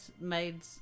made